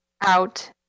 out